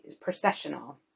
processional